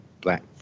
Black